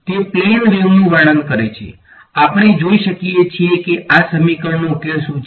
તે પ્લેન વેવનું વર્ણન કરે છે આપણે જોઈ શકીએ છીએ કે આ સમીકરણનો ઉકેલ શું છે